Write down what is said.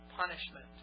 punishment